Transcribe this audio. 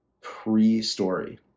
pre-story